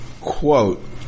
quote